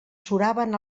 suraven